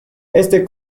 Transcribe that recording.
este